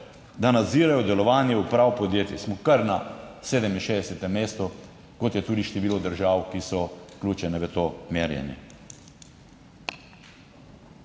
da nadzirajo delovanje uprav podjetij. Smo kar na 67. mestu, kot je tudi število držav, ki so vključene v to merjenje.